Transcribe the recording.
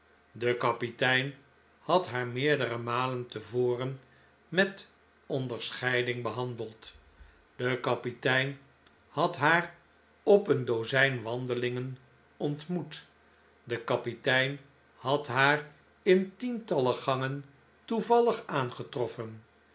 de kapitein had haar meerdere malen te voren met onderscheiding behandeld de kapitein had haar op een dozijn wandelingen ontmoet de kapitein had haar in tientallen gangen toevallig aangetroffen